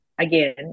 Again